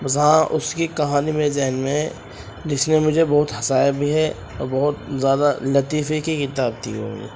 بس ہاں اس کی ایک کہانی میرے ذہن میں ہے جس نے مجھے بہت ہنسایا بھی ہے اور بہت زیادہ لطیفے کی کتاب تھی وہ وہ